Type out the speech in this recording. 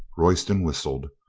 royston whistled.